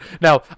Now